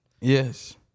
Yes